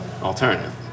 alternative